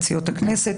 את סיעות הכנסת,